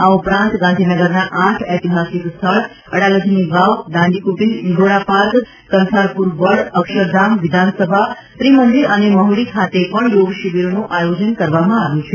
આ ઉપરાંત ગાંધીનગરના આઠ ઐતિહાસિક સ્થળ અડાલજની વાવ દાંડીકૂટીર ઇન્દ્રોડા પાર્ક કંથારપૂર વડ અક્ષરધામ વિધાનસભા ત્રિમંદિર અને મહુડી ખાતે પણ યોગ શિબિરોનું આયોજન કરવા આવ્યું છે